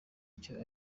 icyo